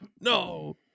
no